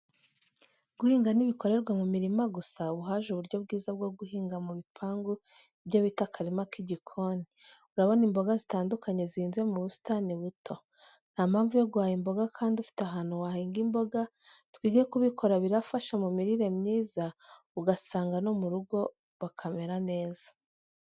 Guhinga ntibikorerwa mu mirima gusa, ubu haje uburyo bwiza bwo guhinga mu bipangu ibyo bita akarima k'igikoni, urabona imboga zitandukanye zihinze mu busitani buto. Ntampamvu yo guhaha imboga kandi ufite ahantu wahinga imboga, twige kubikora birafasha mu mirire myiza ugasanga no mu rugo bakamera neza.